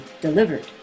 delivered